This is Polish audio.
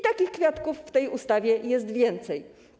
Takich kwiatków w tej ustawie jest więcej.